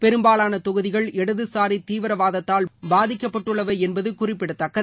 பெரும்பாலான தொகுதிகள் இடதுசாரி தீவிரவாதத்தால் பாதிக்கப்பட்டுள்ளவை என்பது குறிப்பிடத்தக்கது